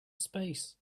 space